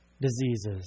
diseases